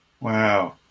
Wow